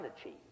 achieve